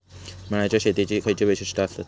मळ्याच्या शेतीची खयची वैशिष्ठ आसत?